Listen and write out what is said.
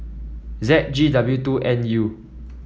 Z G W two N U